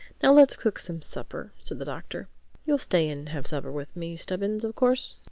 now let's cook some supper, said the doctor you'll stay and have supper with me, stubbins, of course?